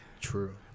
True